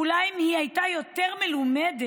אולי אם היא הייתה יותר מלומדת,